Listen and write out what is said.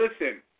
listen